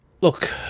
look